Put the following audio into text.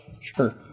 Sure